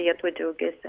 jie tuo džiaugėsi